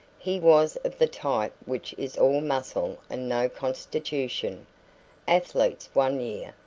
he was of the type which is all muscle and no constitution athletes one year,